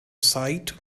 sight